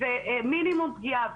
ומינימום פגיעה.